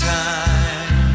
time